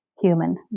human